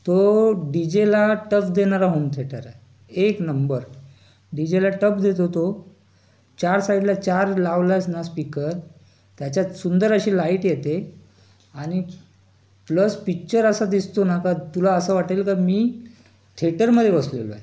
तो डीजेला टफ देणारा home theatre आहे एक नंबर डी जेला टफ देतो तो चार साईडला चार लावलास ना स्पीकर त्याच्यात सुंदर अशी लाईट येते आणि प्लस पिच्चर असा दिसतो ना का तुला असं वाटेल का मी थेटरमध्ये बसलेलो आहे